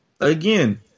again